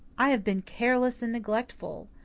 i have been careless and neglectful.